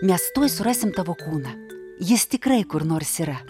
mes tuoj surasim tavo kūną jis tikrai kur nors yra